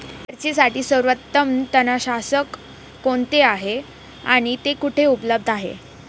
मिरचीसाठी सर्वोत्तम तणनाशक कोणते आहे आणि ते कुठे उपलब्ध आहे?